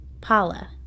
Paula